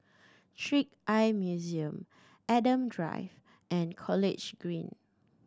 Trick Eye Museum Adam Drive and College Green